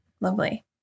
lovely